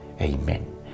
Amen